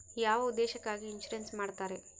ಯಾವ ಉದ್ದೇಶಕ್ಕಾಗಿ ಇನ್ಸುರೆನ್ಸ್ ಮಾಡ್ತಾರೆ?